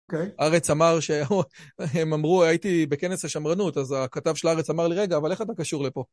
"הארץ" אמר שהם אמרו, הייתי בכנס השמרנות, אז הכתב של "הארץ" אמר לי, רגע, אבל איך אתה קשור לפה?